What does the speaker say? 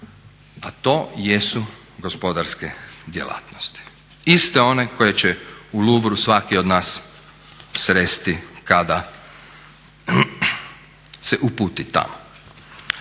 A to jesu gospodarske djelatnosti iste one koje će u Louvreu svaki od nas sresti kada se uputi tamo.